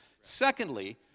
Secondly